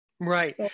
Right